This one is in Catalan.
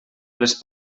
les